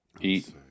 eat